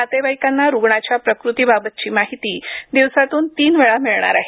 नातेवाईकांना रुग्णांच्या प्रकृतीबाबतची माहिती दिवसातून तीन वेळा मिळणार आहे